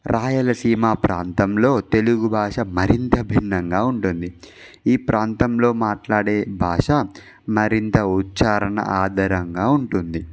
రాయలసీమా ప్రాంతంలో తెలుగు భాష మరింత భిన్నంగా ఉంటుంది ఈ ప్రాంతంలో మాట్లాడే భాష మరింత ఉచ్చారణ ఆధారంగా ఉంటుంది